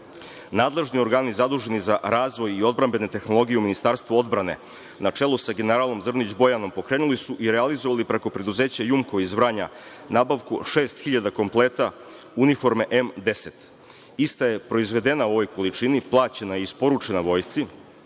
plaćeno? Nadležni organi zaduženi za razvoj i odbrambene tehnologije u Ministarstvu odbrane, na čelu sa generalom Zrnić Bojanom, pokrenuli su i realizovali preko preduzeća „Jumko“ iz Vranja nabavku šest hiljada kompleta uniforme M-10. Ista je proizvedena u ovoj količini, plaćena je, isporučena Vojsci,